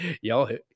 Y'all